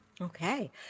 Okay